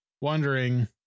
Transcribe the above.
wondering